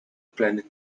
planet